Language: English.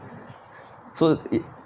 so it